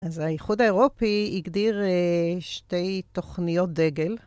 אז האיחוד האירופי הגדיר שתי תוכניות דגל.